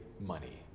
money